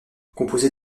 composée